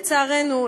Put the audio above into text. לצערנו,